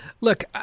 Look